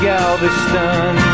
Galveston